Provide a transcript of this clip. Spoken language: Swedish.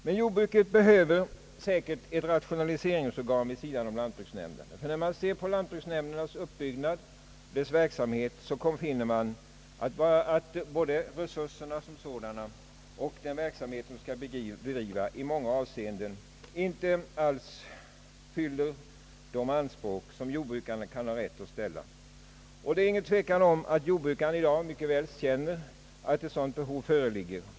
Men jordbruket behöver säkert ett rationaliseringsorgan vid sidan om lantbruksnämnderna. Deras uppbyggnad och resurser och den verksamhet, som de skall bedriva, fyller i många avseenden inte alls de anspråk som jordbrukarna kan ha rätt att ställa. Och det är ingen tvekan om att jordbrukarna i dag känner behov av ett rationaliseringsorgan vid sidan om lantbruksnämnderna.